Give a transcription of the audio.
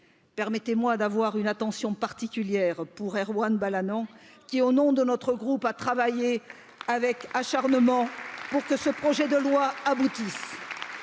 Permettez moi d'avoir une attention particulière pour Erwan Balan qui, au nom de notre groupe, a travaillé avec acharnement pour que ce projet de loi aboutisse.